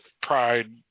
pride